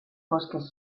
bosques